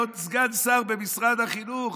יהיה עוד סגן שר במשרד החינוך,